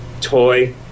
toy